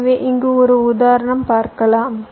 எனவே இங்கே ஒரு உதாரணம் பார்க்கலாம்